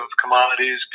commodities